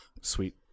sweet